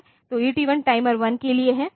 तो ET1 timer 1 के लिए है